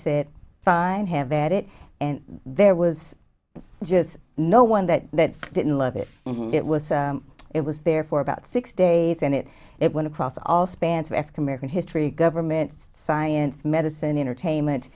said fine have at it and there was just no one that didn't love it and it was it was there for about six days and it it went across all spans of african american history government science medicine entertainment